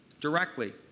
Directly